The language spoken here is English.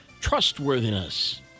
trustworthiness